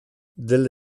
delle